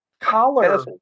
collar